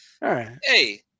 Hey